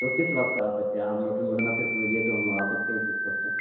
تو کس وقت آ سکتے ہیں آپ مطلب مناسب سمجھیے تو ہم آ سکتے ہیں کس وقت تک